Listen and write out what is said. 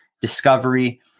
discovery